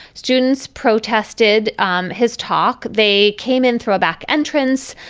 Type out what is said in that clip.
students protested um his talk. they came in through a back entrance.